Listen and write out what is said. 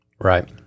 right